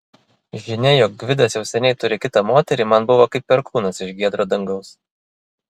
žinia jog gvidas jau seniai turi kitą moterį man buvo kaip perkūnas iš giedro dangaus